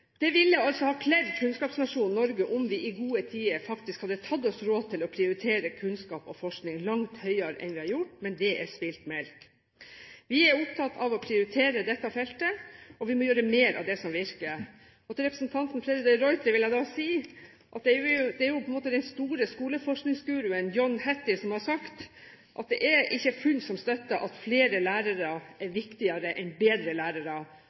Det ville ha kledd kunnskapsnasjonen Norge om vi i gode tider hadde tatt oss råd til å prioritere kunnskap og forskning langt høyere enn vi har gjort, men det er spilt melk. Vi er opptatt av å prioritere dette feltet, og vi må gjøre mer av det som virker. Til representanten Freddy de Ruiter vil jeg si: Det er den på en måte store skoleforskningsguruen John Hattie som har sagt at det ikke er funn som støtter at flere lærere er viktigere enn bedre lærere.